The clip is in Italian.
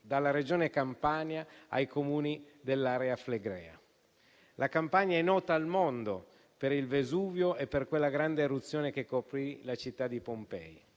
dalla Regione Campania ai Comuni dell'area flegrea. La Campania è nota al mondo per il Vesuvio e per quella grande eruzione che coprì la città di Pompei.